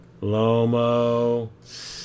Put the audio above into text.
Lomo